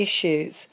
issues